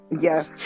Yes